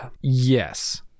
yes